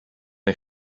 neu